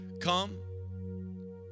come